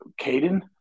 Caden